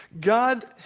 God